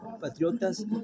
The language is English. Patriotas